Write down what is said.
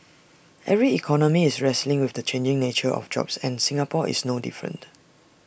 every economy is wrestling with the changing nature of jobs and Singapore is no different